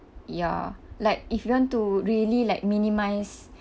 ya like if you want to really like minimize